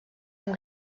amb